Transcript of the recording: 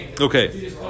Okay